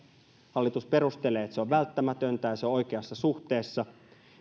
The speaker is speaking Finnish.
hallitus perustelee että se on välttämätöntä ja se on oikeassa suhteessa